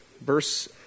Verse